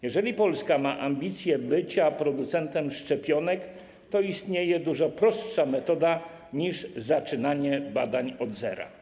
Jeżeli Polska ma ambicję bycia producentem szczepionek, to istnieje dużo prostsza metoda niż zaczynanie badań od zera.